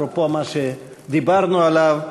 אפרופו מה שדיברנו עליו,